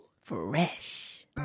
Fresh